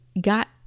got